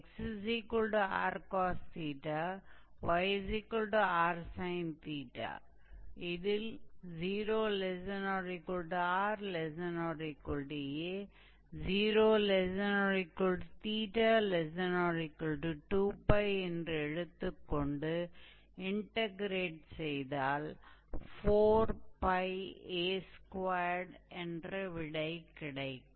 𝑥𝑟cos𝜃 𝑦𝑟sin𝜃 இதில் 0≤𝑟≤𝑎 0≤𝜃≤2𝜋 என்று எடுத்துக்கொண்டு இன்டக்ரேட் செய்தால் 4𝜋𝑎2 என்ற விடை கிடைக்கும்